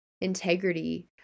integrity